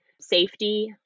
safety